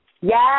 Yes